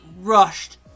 rushed